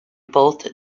both